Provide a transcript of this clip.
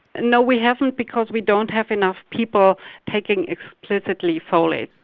no we haven't because we don't have enough people taking explicitly folate.